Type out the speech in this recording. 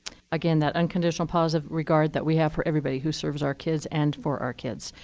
again, that unconditional positive regard that we have for everybody who serves our kids and for our kids.